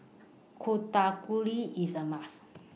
Ku Chai Kuih IS A must